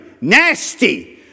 nasty